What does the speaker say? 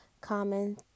common